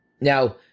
Now